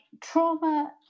trauma